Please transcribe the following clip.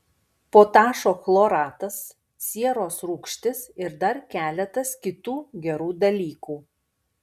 potašo chloratas sieros rūgštis ir dar keletas kitų gerų dalykų